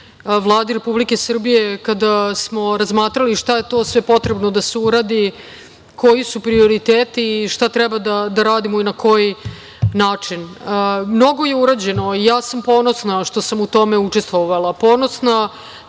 Vladi Republike Srbije kada smo razmatrali šta je to sve potrebno da se uradi, koji su prioriteti i šta treba da radimo i na koji način. Mnogo je urađeno i ja sam ponosna što sam u tome učestvovala, ponosna